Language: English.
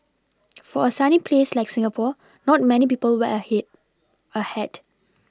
for a sunny place like Singapore not many people wear he wear hat